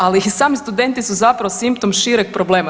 Ali i sami studenti su zapravo simptom šireg problema.